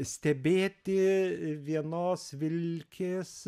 stebėti vienos vilkės